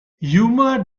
humor